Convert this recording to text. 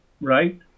right